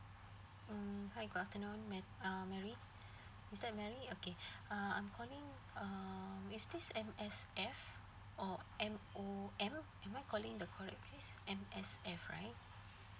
mm hi good afternoon ma~ uh mary is that mary okay uh I'm calling um is this M_S_F or MOM am I calling the correct place M_S_F right